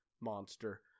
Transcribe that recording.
monster